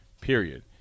period